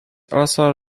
also